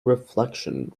reflection